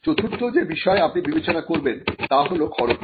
চতুর্থ যে বিষয় আপনি বিবেচনা করবেন তা হল খরচ